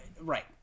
right